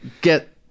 get